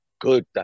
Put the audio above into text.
good